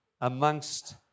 amongst